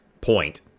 point